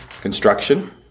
Construction